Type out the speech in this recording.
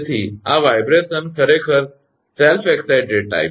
તેથી આ વાઇબ્રેશન ખરેખર સ્વ ઉત્સાહિત પ્રકાર